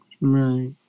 Right